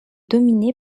dominée